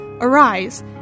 Arise